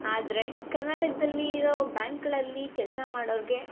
ಆದರೆ ಕರ್ನಾಟಕದಲ್ಲಿರೋ ಬ್ಯಾಂಕ್ಗಳಲ್ಲಿ ಕೆಲಸ ಮಾಡೋರಿಗೆ